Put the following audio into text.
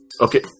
Okay